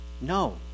No